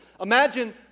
Imagine